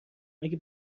مگه